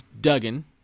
Duggan